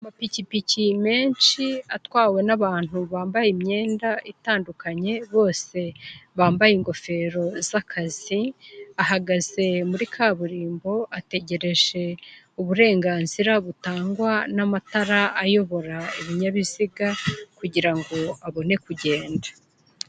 Amapikipiki menshi atwawe n'abantu bambaye imyenda itandukanye bose bambaye ingofero z'akazi, ahagaze muri kaburimbo ategereje uburenganzira butangwa n'amatara ayobora ibinyabiziga kugira ngo abone kugenda.